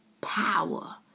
power